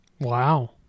Wow